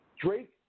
Drake